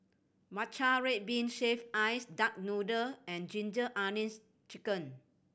matcha red bean shaved ice duck noodle and Ginger Onions Chicken